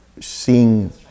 seeing